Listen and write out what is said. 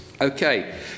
Okay